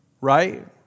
right